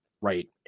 Right